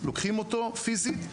לוקחים אותו פיסית,